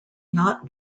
not